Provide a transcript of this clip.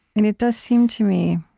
and it does seem to me,